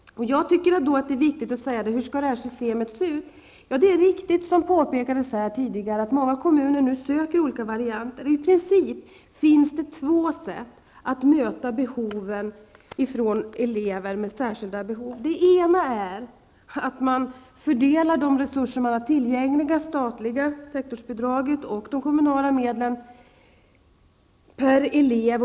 Hur skall då detta system se ut? Det är riktigt, som påpekades här tidigare, att man i många kommuner nu söker olika varianter. Det finns i princip två system för att tillmötesgå elever med särskilda behov. Det ena är att man fördelar de resurser som man har tillgängliga -- det statliga sektorsbidraget och de kommunala medlen -- per elev.